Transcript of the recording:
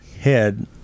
head